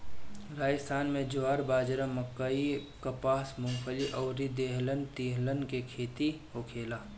राजस्थान में ज्वार, बाजारा, मकई, कपास, मूंगफली अउरी दलहन तिलहन के खेती होखेला